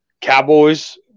Cowboys